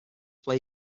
play